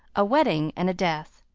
a wedding and a death.